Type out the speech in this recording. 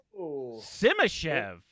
Simashev